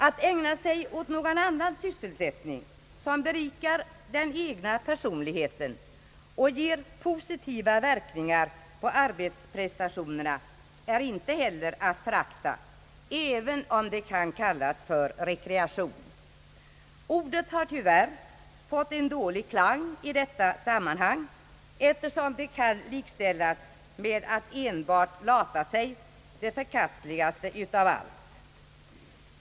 Att ägna sig åt någon annan sysselsättning som berikar den egna personligheten och ger positiva verkningar på arbetsprestationerna är inte heller att förakta, även om det kan kallas för rekreation. Ordet har tyvärr fått dålig klang i detta sammanhang, eftersom det kan likställas med att enbart lata sig, det förkastligaste av allt.